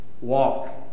walk